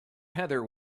heather